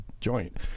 joint